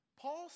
Paul